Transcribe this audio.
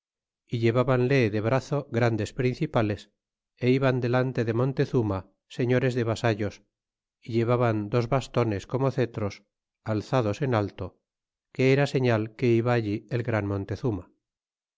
y llevábanle de brazo grandes principales é iban delante del montezuma seüores de vasa llos y llevaban dos bastones como cetros alzados en alto que era señal que iba allí el gran montezuma